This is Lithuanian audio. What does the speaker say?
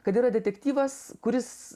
kad yra detektyvas kuris